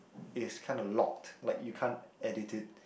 is kinda locked like you can't edit it